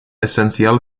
esențial